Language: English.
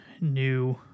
new